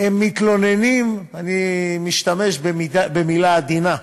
הם מתלוננים, אני משתמש במילה עדינה,